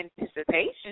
anticipation